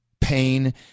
pain